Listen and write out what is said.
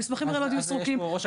המסמכים הרלוונטיים יהיו סרוקים,